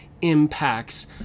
impacts